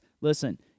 listen